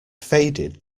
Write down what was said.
faded